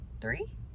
three